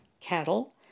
Cattle